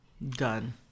Done